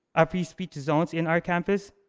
are free speech zones in our campus?